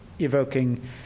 evoking